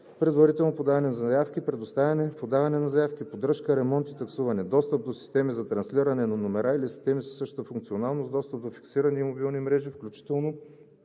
предварително подаване на заявки, предоставяне, подаване на заявки, поддръжка, ремонт и таксуване; достъп до системи за транслиране на номера или системи със същата функционалност; достъп до фиксирани и мобилни мрежи, включително